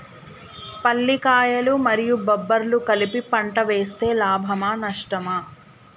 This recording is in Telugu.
పల్లికాయలు మరియు బబ్బర్లు కలిపి పంట వేస్తే లాభమా? నష్టమా?